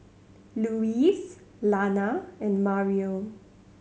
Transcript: Louise Lana and Mario